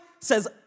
says